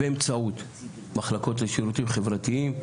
באמצעות מחלקות לשירותים חברתיים,